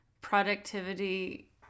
productivity